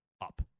up